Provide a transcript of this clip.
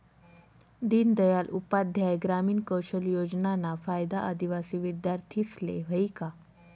दीनदयाल उपाध्याय ग्रामीण कौशल योजनाना फायदा आदिवासी विद्यार्थीस्ले व्हयी का?